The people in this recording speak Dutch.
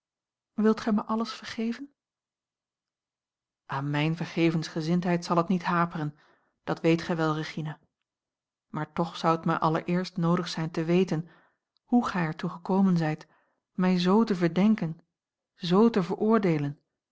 wilt gij mij alles vergeven aan mijne vergevensgezindheid zal het niet haperen dat weet gij wel regina maar toch zou het mij allereerst noodig zijn te weten hoe gij er toe gekomen zijt mij z te verdenken z te veroordeelen